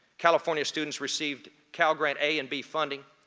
california students received cal grant a and b funding.